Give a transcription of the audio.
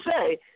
say